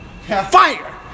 Fire